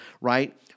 right